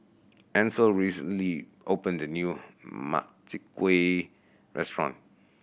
Ansel recently opened a new Makchang Gui restaurant